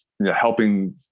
helping